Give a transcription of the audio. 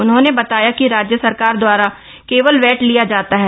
उन्होंने बताया कि राज्य सरकार दवारा केवल वैट लिया जाता है